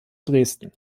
dresden